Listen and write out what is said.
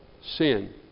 Sin